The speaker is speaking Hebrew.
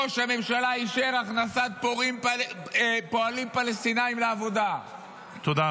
ראש הממשלה אישר הכנסת פועלים פלסטינים לעבודה -- תודה רבה.